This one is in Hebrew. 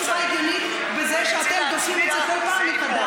אין שום סיבה הגיונית לזה שאתם דוחים את זה בכל פעם מחדש.